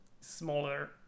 smaller